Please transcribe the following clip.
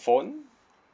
phone